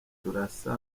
turasa